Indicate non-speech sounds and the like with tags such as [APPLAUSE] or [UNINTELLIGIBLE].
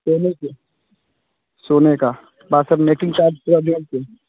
सोने के सोने का [UNINTELLIGIBLE] मैकिंग चार्ज [UNINTELLIGIBLE]